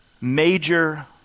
major